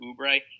Oubre